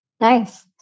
Nice